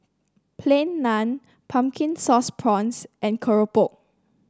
Plain Naan Pumpkin Sauce Prawns and keropok